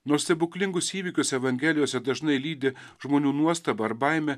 nors stebuklingus įvykius evangelijose dažnai lydi žmonių nuostaba ar baimė